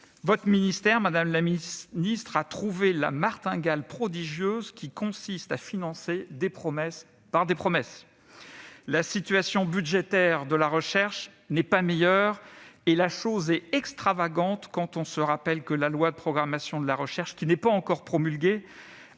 Votre ministère, madame la ministre, a trouvé la martingale prodigieuse, qui consiste à financer des promesses par des promesses ! Ah ! La situation budgétaire de la recherche n'est pas meilleure, et la chose est extravagante quand on se rappelle que la loi de programmation de la recherche, qui n'est pas encore promulguée,